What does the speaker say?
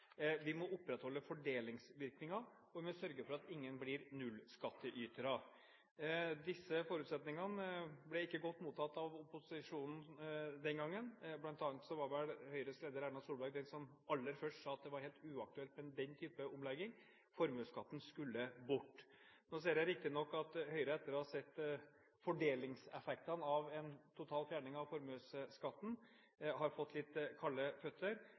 Vi må opprettholde fordelingsvirkningene, og vi må sørge for at ingen blir nullskatteytere. Disse forutsetningene ble ikke godt mottatt av opposisjonen den gangen. Høyres leder, Erna Solberg, var vel den som aller først sa at det var helt uaktuelt med den type omlegging – formuesskatten skulle bort. Nå ser jeg riktignok at Høyre, etter å ha sett fordelingseffektene av en total fjerning av formuesskatten, har fått litt kalde føtter,